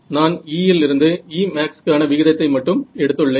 நான் E லிருந்து E க்கான விகிதத்தை மட்டும் எடுத்துள்ளேன்